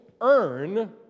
earn